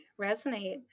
resonate